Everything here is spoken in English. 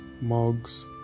mugs